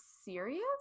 serious